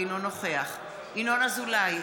אינו נוכח ינון אזולאי,